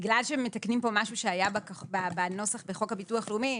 בגלל שמתקנים פה משהו שהיה בנוסח בחוק הביטוח הלאומי,